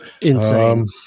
Insane